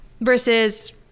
versus